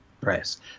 press